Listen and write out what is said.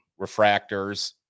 Refractors